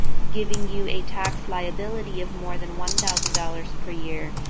giving you a tax liability of more than one thousand dollars per year,